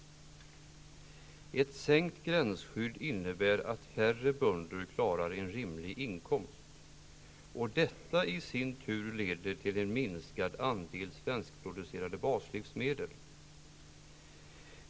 Ett sänkt gränsskydd innebär att färre bönder klarar en rimlig inkomst, och detta leder i sin tur till en minskad andel svenskproducerade baslivsmedel.